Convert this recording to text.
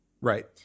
Right